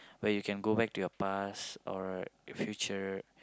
where you can go back to your past or future